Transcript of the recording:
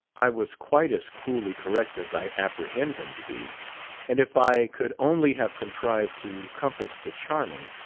i was quite as coolly correct as i apprehend him to be and if i could only have contrived to compass the charming,